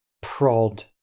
prod